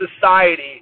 society